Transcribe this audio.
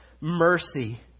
mercy